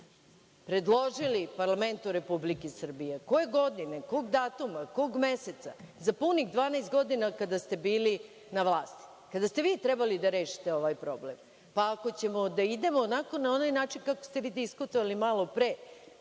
predložili parlamentu Republike Srbije? Koje godine? Kog datuma? Kog meseca? Za punih dvanaest godina kada ste bili na vlasti. Kada ste vi trebali da rešite ovaj problem? Pa, ako ćemo da idemo onako na onaj način kako ste vi diskutovali malo pre,